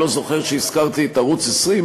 אני לא זוכר שהזכרתי את ערוץ 20,